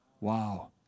Wow